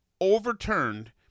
overturned